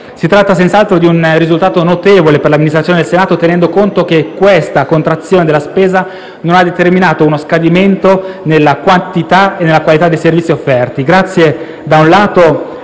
Si tratta senz'altro di un risultato notevole per l'Amministrazione del Senato, tenendo conto che questa contrazione della spesa non ha determinato uno scadimento nella quantità e qualità dei servizi offerti,